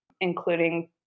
including